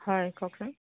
হয় কওকচোন